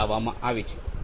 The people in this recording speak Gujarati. પર લાવવામાં આવે છે